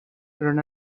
run